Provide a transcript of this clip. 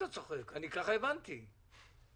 אני לא מבין את